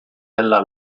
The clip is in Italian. della